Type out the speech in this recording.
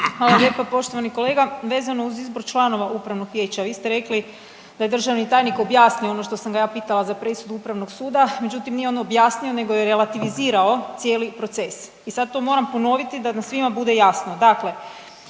Hvala lijepa. Poštovani kolega, vezano uz izbor članova upravnog vijeća, vi ste rekli da je državni tajnik objasnio ono što sam ga ja pitala za presudu upravnog suda, međutim nije on objasnio nego je relativizirao cijeli proces. I sad to moram ponoviti da nam svima bude jasno,